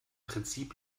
prinzip